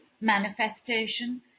manifestation